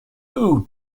who